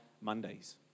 Mondays